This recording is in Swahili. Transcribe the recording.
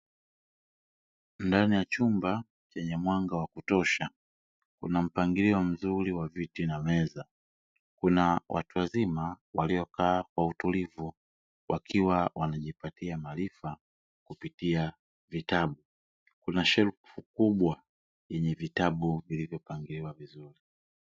Ndani ya chumba chenye mwanga wa kutosha kuna mpangilio mzuri wa viti na meza, kuna watu wazima waliokaa kwa utulivu wakiwa wanajipatia maarifa kupitia vitabu kuna rafu kubwa yenye vitabu vilivyo pangiliwa vizuri.